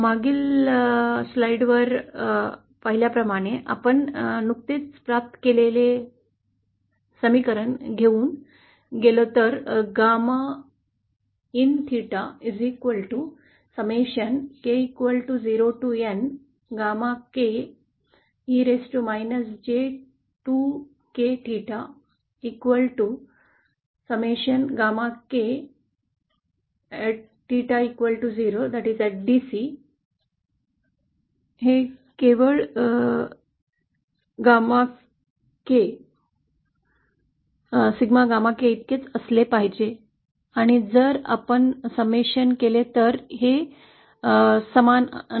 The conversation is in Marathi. मागील ओळीतून पाहिल्या प्रमाणे आपण नुकतेच प्राप्त केलेले समीकरण घेऊन गेलो तर gamma N theta sigma k ० to N gamma k e raised to j2k मग at DC हे केवळ सिग्मा गॅमा के इतकेच आहे आणि जर आपण हे summation केले तर हे समान नाही